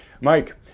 Mike